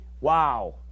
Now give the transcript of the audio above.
Wow